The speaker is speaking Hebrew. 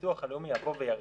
שהביטוח הלאומי יבוא וירחיב,